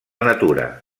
natura